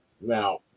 Now